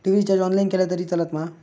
TV recharge online केला तरी चलात मा?